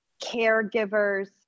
caregivers